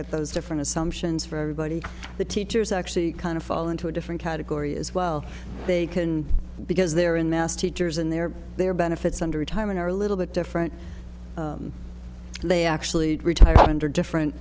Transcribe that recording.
at those different assumptions for everybody the teachers actually kind of fall into a different category as well they can because they're in mass teachers and their their benefits under retirement are a little bit different they actually retire under different